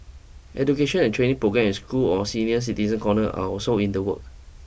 education and training programmes in school or senior citizen corners are also in the work